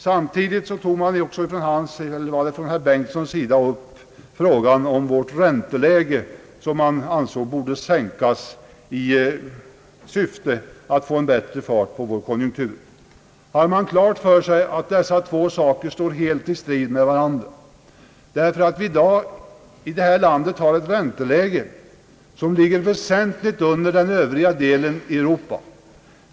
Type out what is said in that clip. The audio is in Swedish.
Samtidigt tog han, eller kanske det var herr Bengtson, upp frågan om vårt ränteläge som man ansåg borde sänkas för att vi skulle få bättre fart på vår konjunktur. Har man klart för sig att dessa två saker står helt i strid med varandra? Vi har i dag i detta land ett ränteläge som ligger väsentligt under räntan i den övriga delen av Europa.